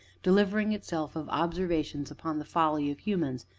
delivering itself of observations upon the folly of humans,